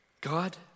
God